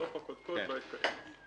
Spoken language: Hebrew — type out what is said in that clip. בסוף הקודקוד לא יתקדם.